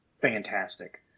fantastic